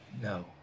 No